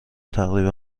تقریبا